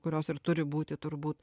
kurios ir turi būti turbūt